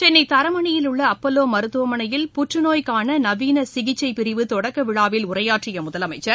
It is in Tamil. சென்னை தரமணியில் உள்ள அப்பல்லோ மருத்துவமனையில் புற்றுநோய்க்கான நவீன சிகிச்சைப் பிரிவு தொடக்க விழாவில் உரையாற்றிய முதலமைச்சர்